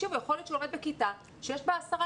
יכול להיות שהוא לומד בכיתה שיש בה עשרה